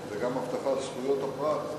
זה גם הבטחת זכויות הפרט.